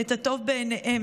את הטוב בעיניהם,